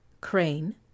crane